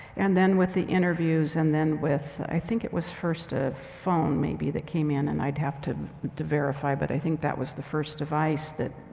and then with the interviews and then with, i think it was first a phone, maybe, that came in. and i'd have to to verify, but i think that was the first device that.